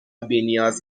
بینیاز